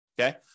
okay